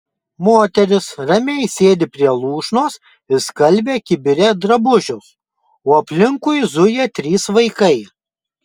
moteris ramiai sėdi prie lūšnos ir skalbia kibire drabužius o aplinkui zuja trys vaikai